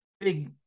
big